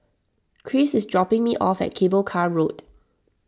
Kris is dropping me off at Cable Car Road